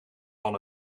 van